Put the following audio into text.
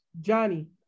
Johnny